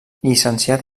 llicenciat